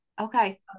okay